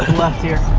left here.